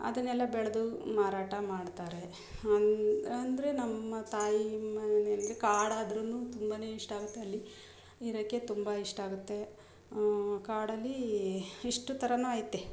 ಅದನ್ನೆಲ್ಲ ಬೆಳೆದು ಮಾರಾಟ ಮಾಡ್ತಾರೆ ಅನ್ ಅಂದರೆ ನಮ್ಮ ತಾಯಿ ಮನೆಯಲ್ಲಿ ಕಾಡಾದ್ರೂ ತುಂಬಾ ಇಷ್ಟ ಆಗುತ್ತೆ ಅಲ್ಲಿ ಇರೋಕ್ಕೆ ತುಂಬ ಇಷ್ಟ ಆಗುತ್ತೆ ಕಾಡಲ್ಲಿ ಇಷ್ಟು ತರ ಐತೆ